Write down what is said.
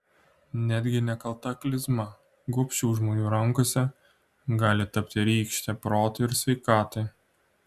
netgi nekalta klizma gobšių žmonių rankose gali tapti rykšte protui ir sveikatai